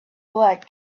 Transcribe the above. black